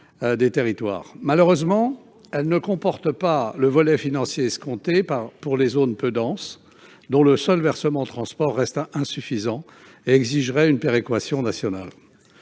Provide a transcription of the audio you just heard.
des territoires. Malheureusement, elle ne comporte pas le volet financier escompté pour les zones peu denses, pour lesquelles le versement transport reste insuffisant et devrait faire l'objet d'une péréquation nationale.